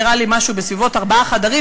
נראה לי משהו בסביבות ארבעה חדרים,